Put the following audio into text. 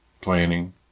planning